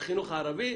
בחינוך הערבי,